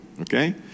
Okay